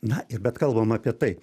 na ir bet kalbam apie tai